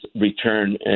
return